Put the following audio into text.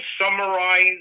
summarize